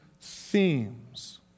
themes